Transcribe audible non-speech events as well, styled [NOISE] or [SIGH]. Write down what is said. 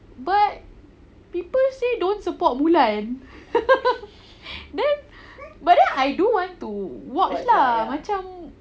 but people say don't support mulan [LAUGHS] then but then I do want to watch lah macam